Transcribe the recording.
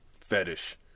fetish